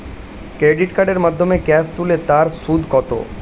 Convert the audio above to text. Credit কার্ডের মাধ্যমে cash তুলে তার সুদ কত?